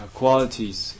qualities